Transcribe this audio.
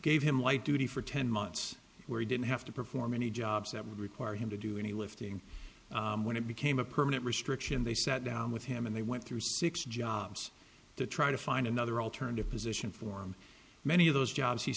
gave him light duty for ten months where he didn't have to perform any jobs that would require him to do any lifting when it became a permanent restriction and they sat down with him and they went through six jobs to try to find another alternative position form many of those jobs he